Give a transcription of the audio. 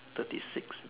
thirty six